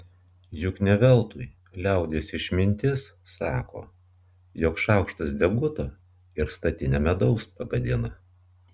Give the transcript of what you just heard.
juk ne veltui liaudies išmintis sako jog šaukštas deguto ir statinę medaus pagadina